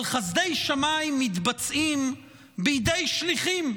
אבל חסדי שמיים מתבצעים בידי שליחים,